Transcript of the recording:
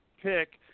pick